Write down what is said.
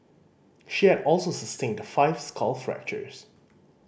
she had also sustained five skull fractures